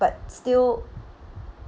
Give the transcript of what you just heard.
but still